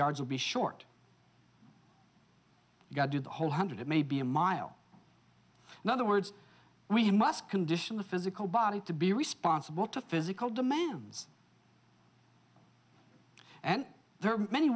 yards will be short you got to the whole hundred maybe a mile in other words we must condition the physical body to be responsible to physical demands and there are many